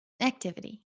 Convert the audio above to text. Activity